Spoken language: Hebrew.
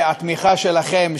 והתמיכה שלכם,